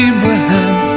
Abraham